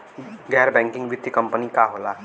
गैर बैकिंग वित्तीय कंपनी का होला?